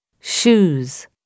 Shoes